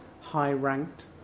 high-ranked